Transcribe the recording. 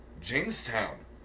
Jamestown